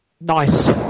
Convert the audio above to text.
nice